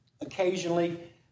occasionally